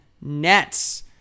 Nets